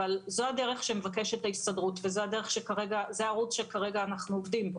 אבל זו הדרך שמבקשת ההסתדרות וזה הערוץ שכרגע אנחנו מדברים בו.